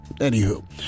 anywho